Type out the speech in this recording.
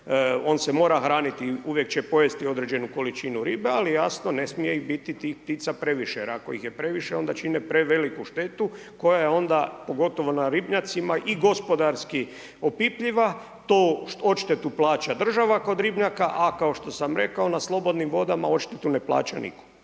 on se mora hraniti, uvijek će pojesti određeni količinu ribe ali jasno, ne smije biti tih ptica previše jer ako ih je previše onda čine preveliku štetu koja je onda pogotovo na ribnjacima i gospodarski opipljiva, tu odštetu plaća država kod ribnjaka a kao što sam rekao, na slobodnim vodama odštetu ne plaća nitko.